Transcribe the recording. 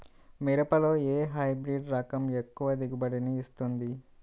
మిరపలో ఏ హైబ్రిడ్ రకం ఎక్కువ దిగుబడిని ఇస్తుంది?